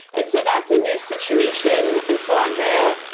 and so that's a new situation. and so andrea,